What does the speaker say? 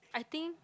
I think